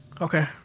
Okay